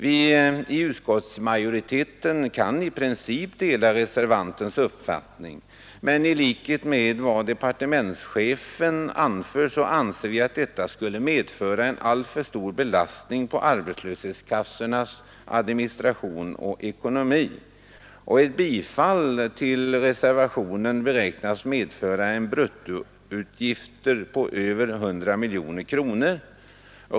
Vii utskottsmajoriteten kan i princip dela reservantens uppfattning, men i likhet med vad departementschefen anför anser vi att ett slopande av karensreglerna skulle medföra en alltför stor belastning på arbetslöshetskassornas administration och ekonomi. Ett bifall till reservationen beräknas medföra bruttoutgifter på över 100 miljoner kronor.